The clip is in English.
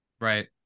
Right